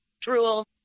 drool